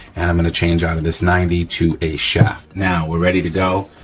and i'm gonna change out of this ninety to a shaft. now we're ready to go,